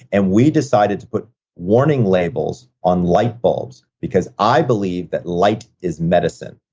and we decided to put warning labels on light bulbs because i believe that light is medicine,